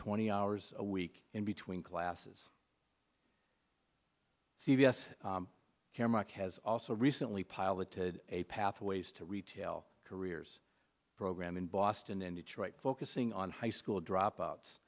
twenty hours a week in between classes c v s caremark has also recently piloted a pathways to retail careers program in boston and detroit focusing on high school dropouts